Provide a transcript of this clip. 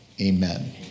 Amen